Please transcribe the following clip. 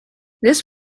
this